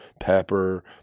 pepper